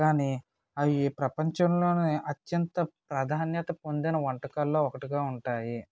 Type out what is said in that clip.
కానీ అవి ప్రపంచంలోనే అత్యంత ప్రాధాన్యత పొందిన వంటకాల్లో ఒకటిగా ఉంటాయి